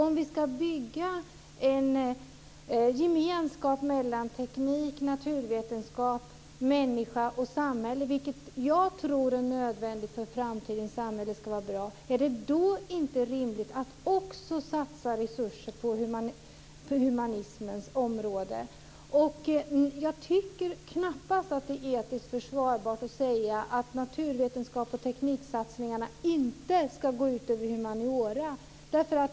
Om vi ska bygga en gemenskap mellan teknik, naturvetenskap, människa och samhälle - vilket jag tror är nödvändigt för att framtidens samhälle ska vara bra - är det då inte rimligt att också satsa resurser på humanistiska områden? Jag tycker knappast att det är etiskt försvarbart att säga att naturvetenskapliga och tekniksatsningarna inte ska gå utöver humaniora.